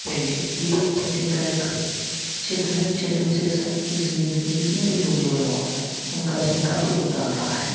painting ये भी painting का एक क्षेत्र है क्षेत्र विशेष है इसमें जितने भी लोग जुड़े हुए हैं उनका इसमें काफी योगदान रहा है